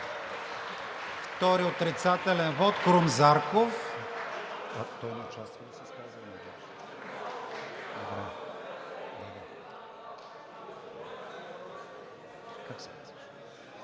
втори отрицателен вот – Крум Зарков.